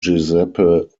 giuseppe